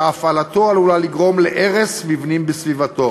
שהפעלתו עלולה לגרום הרס מבנים בסביבתו,